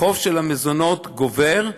החוב של המזונות גובר.